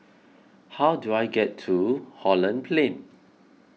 how do I get to Holland Plain